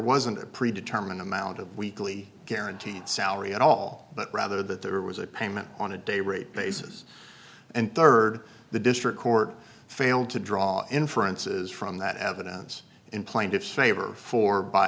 wasn't a pre determined amount of weekly guaranteed salary at all but rather that there was a payment on a day rate basis and third the district court failed to draw inferences from that evidence in plaintiff's favor for by